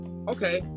Okay